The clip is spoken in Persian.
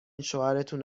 شوهرتون